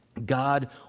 God